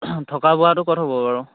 থকা বোৱাটো ক'ত হ'ব বাৰু